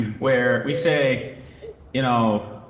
where we say you know